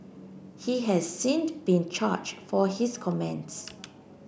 he has since been charged for his comments